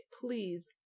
please